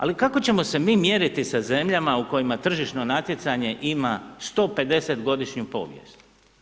Ali kako ćemo se mi mjeriti sa zemljama u kojima tržišno natjecanje ima 150 godišnju povijest?